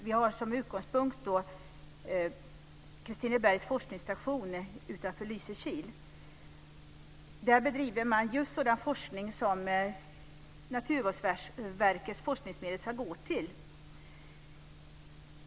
Vi har som utgångspunkt Kristinebergs forskningsstation utanför Lysekil. Där bedrivs sådan forskning som Naturvårdsverkets forskningsmedel ska gå till.